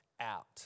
out